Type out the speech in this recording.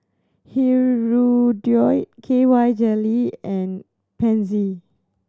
Hirudoid K Y Jelly and Pansy